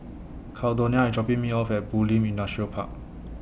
Caldonia IS dropping Me off At Bulim Industrial Park